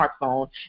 smartphone